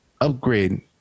upgrade